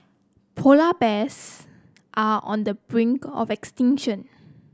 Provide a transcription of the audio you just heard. polar bears are on the brink of extinction